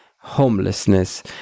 homelessness